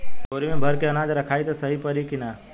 बोरी में भर के अनाज रखायी त सही परी की ना?